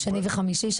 שני וחמישי?